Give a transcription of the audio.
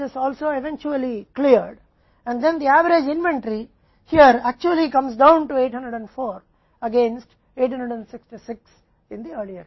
यह भी अंततः साफ हो गया और फिर यहां की औसत इन्वेंट्री वास्तव में पहले के मामले में 866 के मुकाबले 804 तक नीचे आ गई